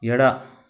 ಎಡ